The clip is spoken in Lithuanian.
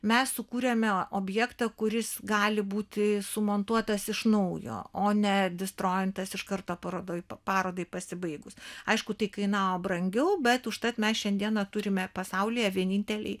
mes sukūrėme objektą kuris gali būti sumontuotas iš naujo o ne distrointas iš karto parodoj parodai pasibaigus aišku tai kainavo brangiau bet užtat mes šiandieną turime pasaulyje vienintelį